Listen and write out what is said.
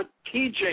strategic